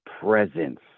presence